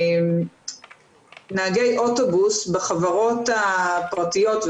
נהגי אוטובוס בחברות הפרטיות,